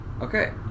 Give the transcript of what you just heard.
Okay